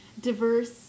diverse